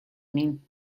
mean